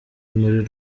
muri